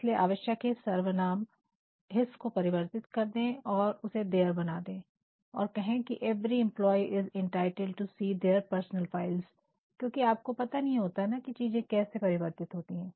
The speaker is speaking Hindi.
इसलिए आवश्यक है की सर्वनाम his को परिवर्तित कर दे और उसे their बना दे और कहें की ' every employee is entitled to see their personal file ' क्योंकि आपको नहीं पता की चीजें कैसे परिवर्तित होते हैं